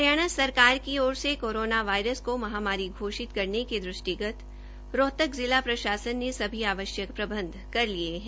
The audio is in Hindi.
हरियाणा सरकार की ओर से कोरोना वायरस को महामारी घोषित करने के दृष्टिगत रोहतक जिला प्रशासन ने सभी आवश्यक प्रबंध कर लिए हैं